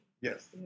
Yes